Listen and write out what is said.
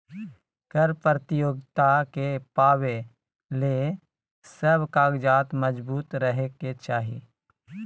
कर प्रतियोगिता के पावे ले सब कागजात मजबूत रहे के चाही